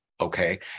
okay